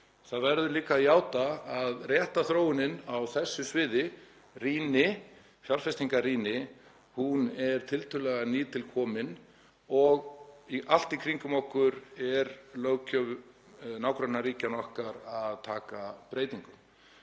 Það verður líka að játa að réttarþróunin á þessu sviði, fjárfestingarýni, er tiltölulega nýtilkomin og allt í kringum okkur er löggjöf nágrannaríkja okkar að taka breytingum.